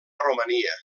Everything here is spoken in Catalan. romania